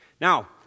Now